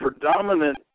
predominant